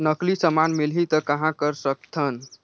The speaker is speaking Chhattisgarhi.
नकली समान मिलही त कहां कर सकथन?